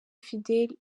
fidele